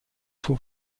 suo